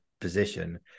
position